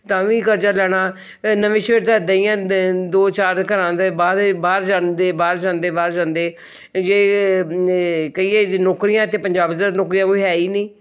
ਤਾਂ ਵੀ ਕਰਜਾ ਲੈਣਾ ਨਵੇਸ਼ਹਿਰ ਤਾਂ ਏਦਾਂ ਹੀ ਆ ਦੋ ਚਾਰ ਘਰਾਂ ਦੇ ਬਾਅਦ ਬਾਹਰ ਜਾਂਦੇ ਬਾਹਰ ਜਾਂਦੇ ਬਾਹਰ ਜਾਂਦੇ ਜੇ ਕਹੀਏ ਨੌਕਰੀਆਂ ਅਤੇ ਪੰਜਾਬ 'ਚ ਤਾਂ ਨੌਕਰੀਆਂ ਕੋਈ ਹੈ ਹੀ ਨਹੀਂ